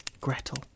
Gretel